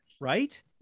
Right